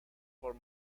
por